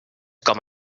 com